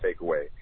takeaway